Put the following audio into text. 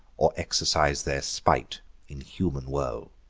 or exercise their spite in human woe?